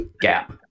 gap